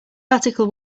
article